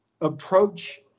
approach